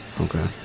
Okay